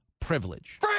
privilege